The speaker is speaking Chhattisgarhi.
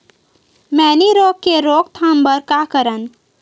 मैनी रोग के रोक थाम बर का करन?